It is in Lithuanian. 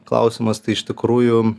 klausimas tai iš tikrųjų